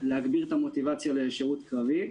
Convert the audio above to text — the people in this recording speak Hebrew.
להגביר את המוטיבציה לשירות קרבי,